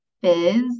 fizz